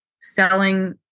selling